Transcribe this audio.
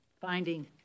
finding